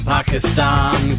Pakistan